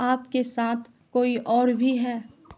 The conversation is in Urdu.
آپ کے ساتھ کوئی اور بھی ہے